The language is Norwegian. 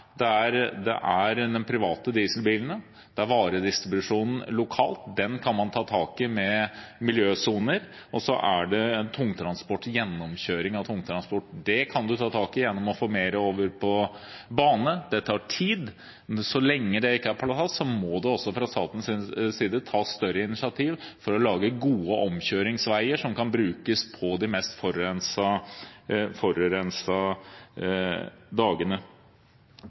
Det er de private dieselbilene, det er varedistribusjonen lokalt – den kan man ta tak i med miljøsoner – og så er det gjennomkjøring av tungtransport. Der kan man ta tak gjennom å få mer over på bane. Det tar tid. Så lenge det ikke er på plass, må det også fra statens side tas større initiativ for å lage gode omkjøringsveier som kan brukes på de mest forurensede dagene.